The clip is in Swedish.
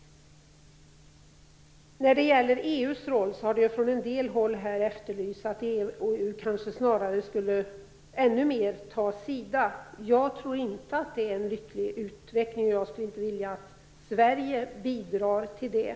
När det gäller EU:s roll har det här från en del håll efterlysts att EU snarare ännu mer skulle ta sida. Jag tror inte att det är en lycklig utveckling. Jag skulle inte vilja att Sverige bidrar till det.